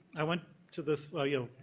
i went to this, ah you